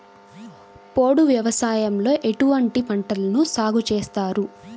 పోడు వ్యవసాయంలో ఎటువంటి పంటలను సాగుచేస్తారు?